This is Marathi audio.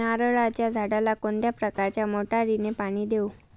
नारळाच्या झाडाला कोणत्या प्रकारच्या मोटारीने पाणी देऊ?